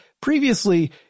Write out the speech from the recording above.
previously